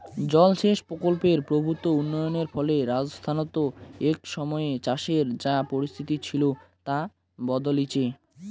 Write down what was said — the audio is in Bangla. জলসেচ প্রকল্পের প্রভূত উন্নয়নের ফলে রাজস্থানত এক সময়ে চাষের যা পরিস্থিতি ছিল তা বদলিচে